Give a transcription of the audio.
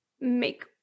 make